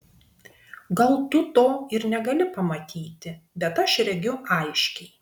gal tu to ir negali pamatyti bet aš regiu aiškiai